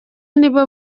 nibo